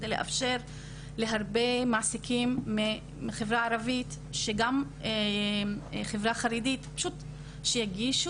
כדי לאפשר להרבה מעסיקים מהחברה הערבית וגם החברה החרדית שיגישו.